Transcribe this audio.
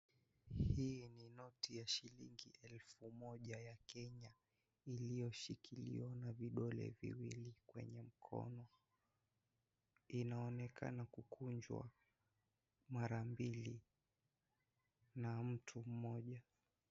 Hii ni noti ya shilingi elfu moja ya Kenya iliyoshikiliwa na vidole viwili kwenye mkono. Inaonekana kukunjwa mara mbili na mtu mmoja.